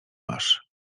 masz